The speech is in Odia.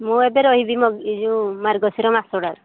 ମୁଁ ଏବେ ରହିବି ମ ଏ ଯେଉଁ ମାର୍ଗଶୀର ମାସଟା